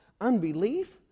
unbelief